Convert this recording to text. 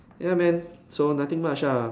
ya man so nothing much ah